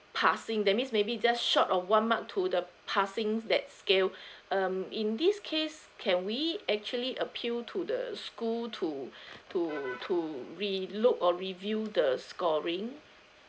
passing that means maybe just short of one mark to the passing that scale um in this case can we actually appeal to the school to to to relook or review the scoring